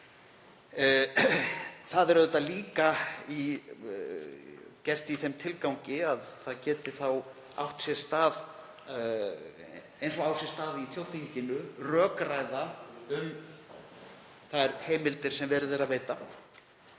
Það er auðvitað líka í gert í þeim tilgangi að það geti þá átt sér stað, eins og á sér stað í þjóðþinginu, rökræða um þær heimildir sem verið er að veita,